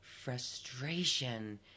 frustration